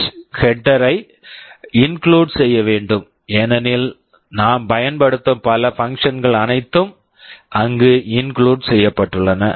h header header ஐ include include செய்ய வேண்டும் ஏனெனில் நாம் பயன்படுத்தும் பல பங்சன்ஸ் functions கள் அனைத்தும் அங்கு இன்குளுட் include செய்யப்பட்டுள்ளன